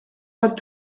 pot